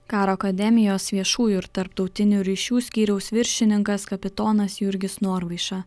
karo akademijos viešųjų ir tarptautinių ryšių skyriaus viršininkas kapitonas jurgis norvaiša